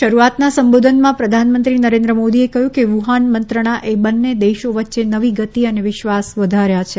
શરૂઆતના સંબોધનમાં પ્રધાનમંત્રી નરેન્દ્ર મોદીએ કહ્યું કે વુહાન મંત્રણા એ બંને દેશો વચ્ચે નવી ગતિ અને વિશ્વાસ વધાર્યા છે